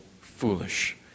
foolish